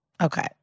okay